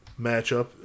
matchup